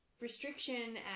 restriction